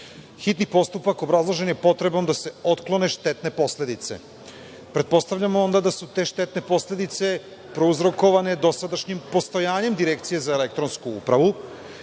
Hitni postupak obrazložen je potrebom da se otklone štetne posledice. Pretpostavljamo onda da su te štetne posledice prouzrokovane dosadašnjim postojanjem Direkcije za elektronsku upravu.